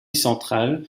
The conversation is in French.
centrale